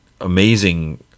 amazing